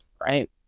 right